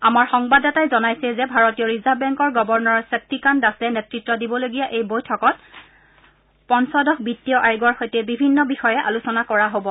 আমাৰ সংবাদদাতাই জনাইছে যে ভাৰতীয় ৰিজাৰ্ভ বেংকৰ গবৰ্নৰ শক্তিকান্ত দাসে নেতৃত্ব লবলগীয়া এই বৈঠকত পঞ্চদশ বিত্তীয় আয়োগৰ সৈতে বিভিন্ন বিষয়ে আলোচনা কৰা হ'ব